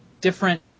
different